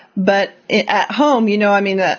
but at home, you know, i mean, ah